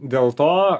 dėl to